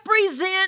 represent